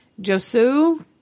Josue